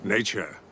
Nature